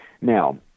Now